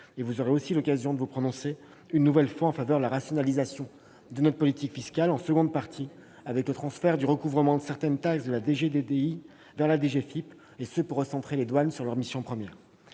Vous aurez l'occasion de vous prononcer une nouvelle fois en faveur de la rationalisation de notre politique fiscale, en seconde partie, avec le transfert du recouvrement de certaines taxes de la DGDDI vers la DGFiP ; le but est de recentrer l'administration des douanes sur ses missions premières.